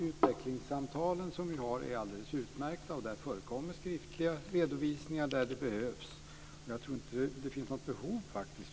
Utvecklingssamtalen vi har är alldeles utmärkta, och det förekommer skriftliga redovisningar där det behövs. Jag tror faktiskt inte att det finns något behov av det här.